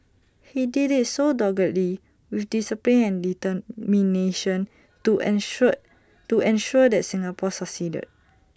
he did IT so doggedly with discipline and determination to ensure to ensure that Singapore succeeded